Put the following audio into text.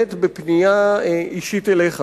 באמת בפנייה אישית אליך.